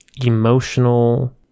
Emotional